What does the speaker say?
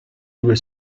due